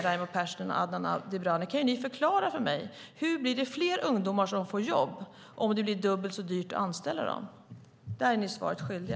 Raimo Pärssinen och Adnan Dibrani kan förklara för mig hur fler ungdomar får jobb om det blir dubbelt så dyrt att anställa dem. Där är ni svaret skyldiga.